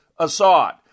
Assad